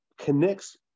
connects